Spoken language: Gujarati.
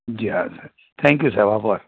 જી હા સર થેન્ક યુ સાહેબ આભાર